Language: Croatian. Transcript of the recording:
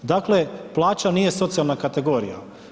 Dakle plaća nije socijalna kategorija.